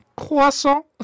croissant